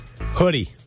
Hoodie